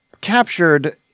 captured